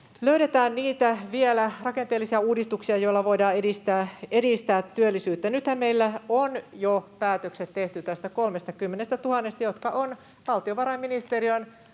löydetään vielä niitä rakenteellisia uudistuksia, joilla voidaan edistää työllisyyttä. Nythän meillä on jo päätökset tehty näistä 30 000:sta, joista on valtiovarainministeriön